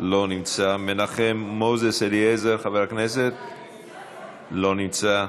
לא נמצא, מנחם מוזס אליעזר, לא נמצא,